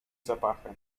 zapachem